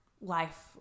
life